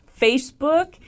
Facebook